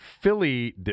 Philly